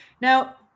Now